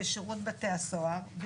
בשירות בתי הסוהר: